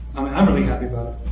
i'm really happy about